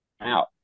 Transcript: out